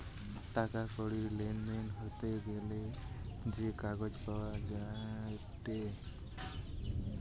টাকা কড়ির লেনদেন হতে গ্যালে যে কাগজ পাওয়া যায়েটে